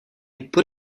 put